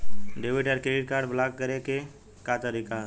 Debit या credit card block करे के का तरीका ह?